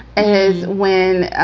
is when,